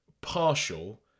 partial